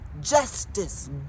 justice